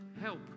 help